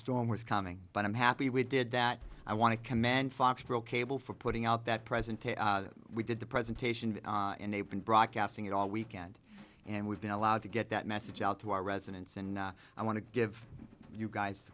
storm was coming but i'm happy we did that i want to commend foxborough cable for putting out that presentation that we did the presentation and they've been broadcasting it all weekend and we've been allowed to get that message out to our residents and i want to give you guys